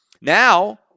now